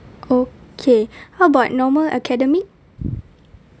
okay how about normal academy